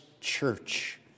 church